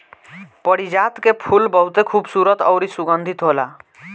पारिजात के फूल बहुते खुबसूरत अउरी सुगंधित होला